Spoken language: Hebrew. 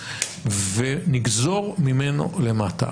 ונגזור ממנו למטה.